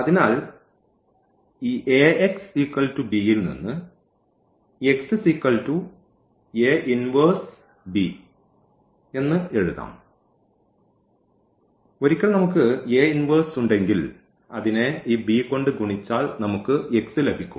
അതിനാൽ ഈ Axb ൽ നിന്ന് എന്ന് എഴുതാം ഒരിക്കൽ നമുക്ക് ഉണ്ടെങ്കിൽ അതിനെ ഈ b കൊണ്ട് ഗുണിച്ചാൽ നമുക്ക് x ലഭിക്കും